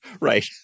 Right